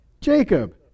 Jacob